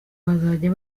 bazajya